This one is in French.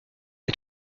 est